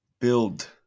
build